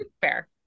fair